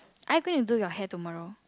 are you going to do your hair tomorrow